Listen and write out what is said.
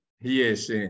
Yes